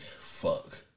fuck